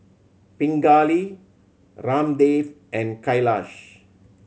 Pingali Ramdev and Kailash